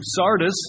Sardis